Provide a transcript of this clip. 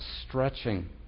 stretching